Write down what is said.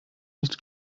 nicht